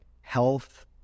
health